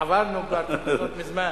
עברנו כבר מזמן,